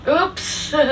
Oops